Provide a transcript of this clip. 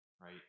right